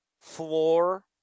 floor